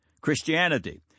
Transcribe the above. Christianity